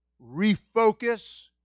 refocus